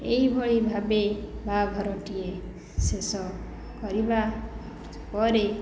ଏହି ଭଳି ଭାବେ ବାହାଘରଟିଏ ଶେଷ କରିବା ପରେ